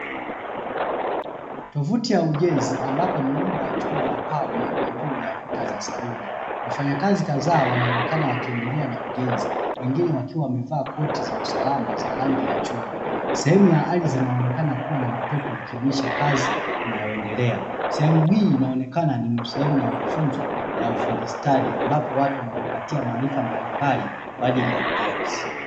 Tovuti ya ujenzi ambapo muundo wa chuma wa paa umewekwa juu kuta za saluni. Wafanyakazi kadhaa wanaonekana wakiendelea na ujenzi, wengine wakiwa wamevaa koti za usalama wa rangi ya chungwa. Sehemu ya ardhi inaonekana kuwa na matope ikionyesha kazi inayoendelea, sehemu hii inaonekana ni sehemu ya mafunzo ya ufundi stadi ambapo watu wanajipatia mafunzo mbalimbali kwa ajili ya ujenzi.